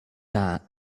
that